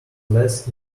less